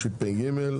ו-2024),